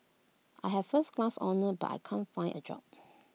I have first class honours but I can't find A job